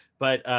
but,